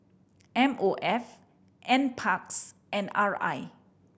M O F Nparks and R I